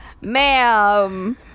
Ma'am